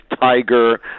tiger